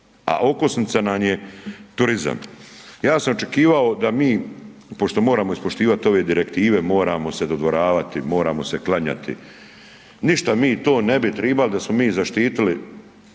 a okosnica nam je turizam. Ja sam očekivao da mi pošto moramo ispoštivat ove direktive, moramo se dodvoravati, moramo se klanjati, ništa mi to ne bi tribali da smo mi zaštitili